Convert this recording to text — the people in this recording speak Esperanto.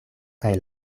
kaj